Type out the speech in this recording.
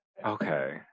Okay